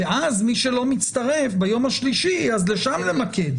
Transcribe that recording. ואז מי שלא מצטרף ביום השלישי אז לשם למקד.